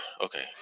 Okay